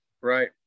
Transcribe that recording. right